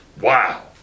Wow